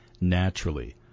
naturally